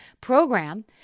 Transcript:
program